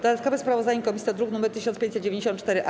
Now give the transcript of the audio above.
Dodatkowe sprawozdanie komisji to druk nr 1594-A.